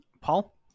Paul